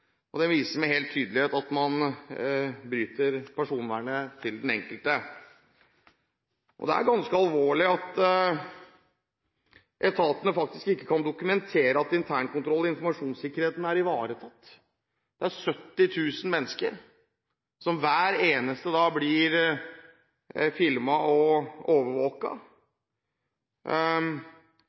og det viser med all tydelighet at man bryter personvernet til den enkelte. Det er ganske alvorlig at etatene faktisk ikke kan dokumentere at internkontroll og informasjonssikkerhet er ivaretatt. Det er 70 000 mennesker som hver eneste dag blir filmet og